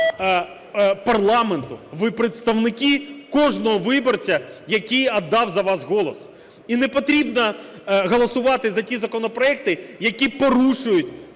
Ви є представники кожного виборця, який віддав за вас голос. І не потрібно голосувати за ті законопроекти, які порушують